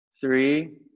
Three